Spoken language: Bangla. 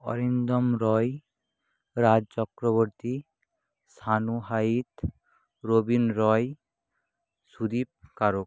অরিন্দম রয় রাজ চক্রবর্তী শানু হাইত রবিন রয় সুদীপ কারক